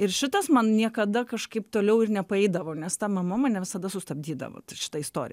ir šitas man niekada kažkaip toliau ir nepaeidavo nes ta mama mane visada sustabdydavo ties šita istorija